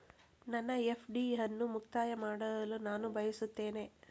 ನನ್ನ ಎಫ್.ಡಿ ಅನ್ನು ಮುಕ್ತಾಯ ಮಾಡಲು ನಾನು ಬಯಸುತ್ತೇನೆ